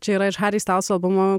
čia yra ir harry styles albumo